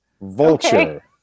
Vulture